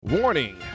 Warning